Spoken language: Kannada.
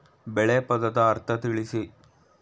ಬೆಳೆ ಪದದ ಅರ್ಥ ತಿಳಿಸಿ?